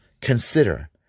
Consider